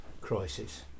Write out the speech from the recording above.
crisis